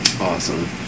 Awesome